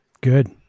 Good